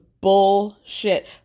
bullshit